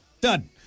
Done